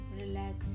relax